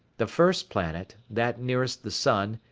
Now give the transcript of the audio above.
the first planet, that nearest the sun,